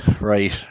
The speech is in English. right